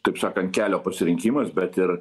taip sakant kelio pasirinkimas bet ir